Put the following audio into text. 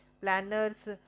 planners